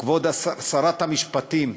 כבוד שרת המשפטים,